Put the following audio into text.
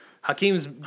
Hakeem's